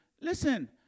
Listen